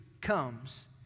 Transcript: comes